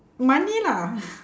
money lah